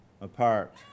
apart